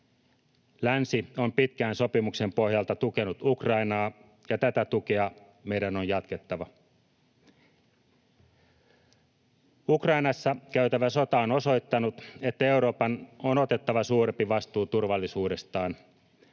Länsi on pitkään sopimuksen pohjalta tukenut Ukrainaa, ja tätä tukea meidän on jatkettava. Ukrainassa käytävä sota on osoittanut, että Euroopan on otettava suurempi vastuu turvallisuudestaan.